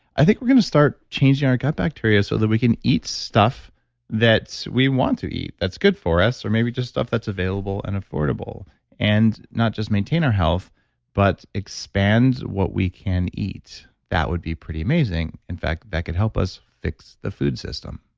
i think we're going to start changing our gut bacteria, so that we can eat stuff that we want to eat that's good for us or maybe just stuff that's available and affordable and not just maintain our health but expand what we can eat. that would be pretty amazing. in fact, that could help us fix the food system